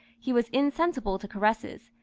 he was insensible to caresses,